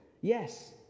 Yes